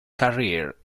career